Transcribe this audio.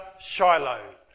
Shiloh